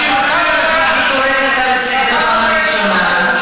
אני קוראת אותך לסדר פעם ראשונה.